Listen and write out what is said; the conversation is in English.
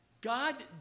God